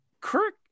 Kirk